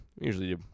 Usually